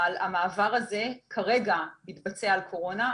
המעבר הזה כרגע התבצע על קורונה,